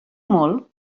molt